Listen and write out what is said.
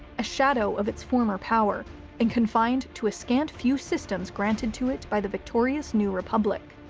a shadow of its former power and confined to a scant few systems granted to it by the victorious new republic.